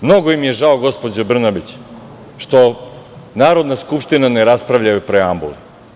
Mnogo im je žao, gospođo Brnabić, što Narodna skupština ne raspravlja o preambuli.